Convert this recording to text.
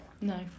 No